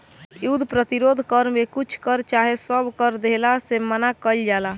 युद्ध प्रतिरोध कर में कुछ कर चाहे सब कर देहला से मना कईल जाला